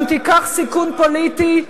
אם תיקח סיכון פוליטי,